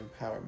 empowerment